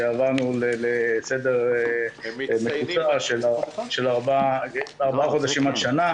עברנו לסדר מקוצר של ארבעה חודשים עד שנה,